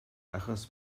achos